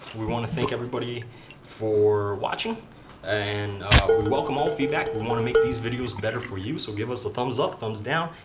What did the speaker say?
we want to thank everybody for watching and we welcome all feedback. we want to make these videos better for you so give us a thumbs-up, thumbs-down.